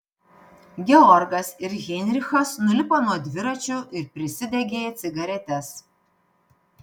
georgas ir heinrichas nulipo nuo dviračių ir prisidegė cigaretes